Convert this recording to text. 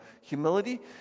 humility